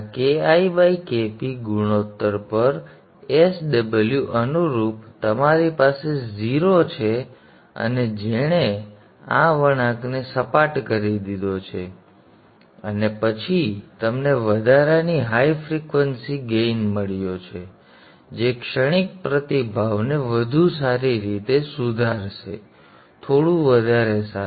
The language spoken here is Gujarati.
તેથી આ KiKp ગુણોત્તર પર s ω અનુરૂપ તમારી પાસે 0 છે અને જેણે આ વળાંકને સપાટ કરી દીધો છે અને પછી તમને વધારાની હાઇ ફ્રિક્વન્સી ગેઇન મળ્યો છે જે ક્ષણિક પ્રતિભાવને વધુ સારી રીતે સુધારશે થોડું વધારે સારું